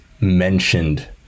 mentioned